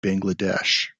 bangladesh